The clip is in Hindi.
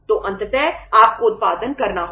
तो अंततः आपको उत्पादन करना होगा